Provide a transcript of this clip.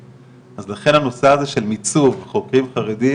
אז לכן הנושא הזה של מיצוב חוקרים חרדים,